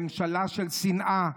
ממשלה של שנאה.